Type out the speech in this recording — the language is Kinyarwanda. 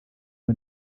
izo